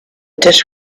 dish